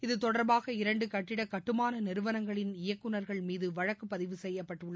இது தொடர்பாக இரண்டு கட்டிட நிர்மாண நிறுவனங்களின் இயக்குநர்கள் மீது வழக்கு பதிவு செய்யப்பட்டுள்ளது